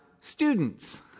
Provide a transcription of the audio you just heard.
Students